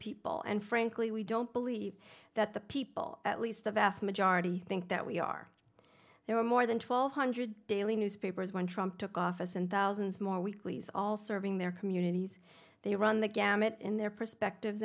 people and frankly we don't believe that the people at least the vast majority think that we are there were more than twelve hundred daily newspapers when trump took office and thousands more weeklies all serving their communities they run the gamut in their perspective